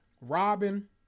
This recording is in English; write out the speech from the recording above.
Robin